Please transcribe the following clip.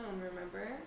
remember